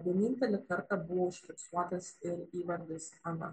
vienintelį kartą buvo užfiksuotas ir įvardis anas